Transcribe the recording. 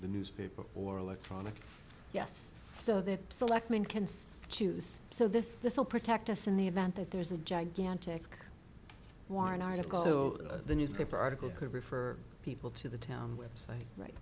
the newspaper or electronic yes so that selectman can see choose so this will protect us in the event that there's a gigantic war an article so the newspaper article could refer people to the town website right